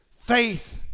Faith